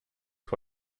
who